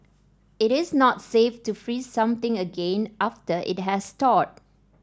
it is not safe to freeze something again after it has thawed